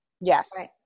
Yes